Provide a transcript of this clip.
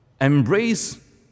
Embrace